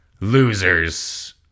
Losers